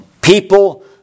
people